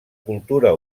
cultura